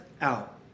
out